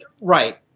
Right